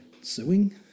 suing